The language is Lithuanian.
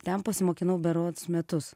ten pasimokinau berods metus